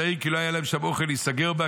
העיר כי לא היה להם שם אוכל להיסגר בה,